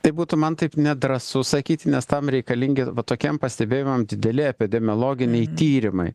tai būtų man taip nedrąsu sakyti nes tam reikalingi va tokiem pastebėjimam dideli epidemiologiniai tyrimai